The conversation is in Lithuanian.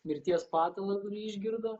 mirties patalą kurį išgirdo